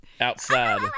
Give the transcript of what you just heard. outside